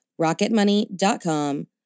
Rocketmoney.com